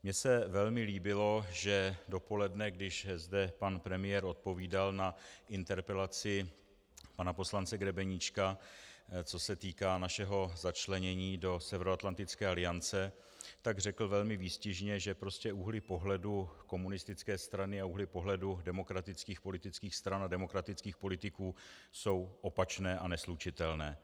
Mně se velmi líbilo, že dopoledne, když zde pan premiér odpovídal na interpelaci pana poslance Grebeníčka, co se týká našeho začlenění do Severoevropské aliance, tak řekl velmi výstižně, že prostě úhly pohledu komunistické strany a úhly pohledu demokratických politických stran a demokratických politiků jsou opačné a neslučitelné.